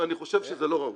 ואני חושב שזה לא ראוי.